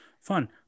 Fun